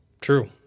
true